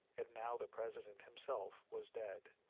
and now the president himself was dead.